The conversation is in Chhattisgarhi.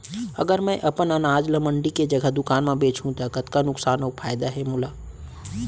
अगर मैं अपन अनाज ला मंडी के जगह दुकान म बेचहूँ त कतका नुकसान अऊ फायदा हे मोला?